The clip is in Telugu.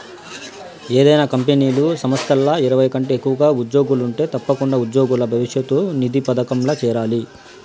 ఏదైనా కంపెనీలు, సంస్థల్ల ఇరవై కంటే ఎక్కువగా ఉజ్జోగులుంటే తప్పకుండా ఉజ్జోగుల భవిష్యతు నిధి పదకంల చేరాలి